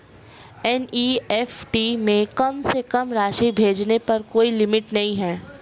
NEFT में कम से कम राशि भेजने पर कोई लिमिट नहीं है